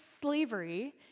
slavery